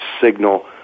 signal